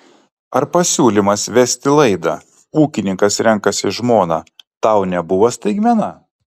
ar pasiūlymas vesti laidą ūkininkas renkasi žmoną tau nebuvo staigmena